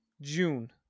June